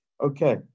Okay